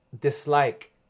dislike